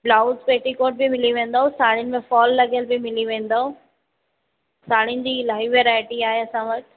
blouse petticoat बि मिली वेंदव साड़ियुनि में फ़ॉल लॻियल बि मिली वेंदव साड़ियुनि जी इलाही वैरायटी आहे असां वटि